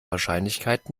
wahrscheinlichkeit